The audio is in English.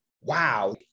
wow